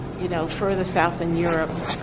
you know, further south, in europe,